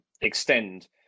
extend